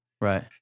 right